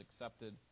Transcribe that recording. accepted